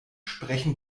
sprechen